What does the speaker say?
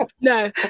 no